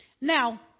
Now